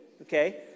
okay